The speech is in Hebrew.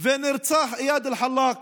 ונרצח איאד אלחלאק